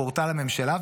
לפורטל הממשלה,